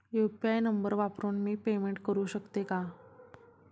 UPI number वापरून मी payment करू शकते का?